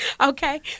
Okay